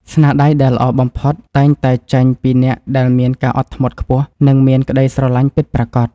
ស្នាដៃដែលល្អបំផុតតែងតែចេញពីអ្នកដែលមានការអត់ធ្មត់ខ្ពស់ និង មានក្តីស្រលាញ់ពិតប្រាកដ។